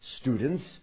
students